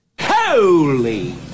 Holy